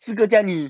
四个加你